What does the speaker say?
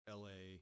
la